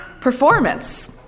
performance